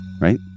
right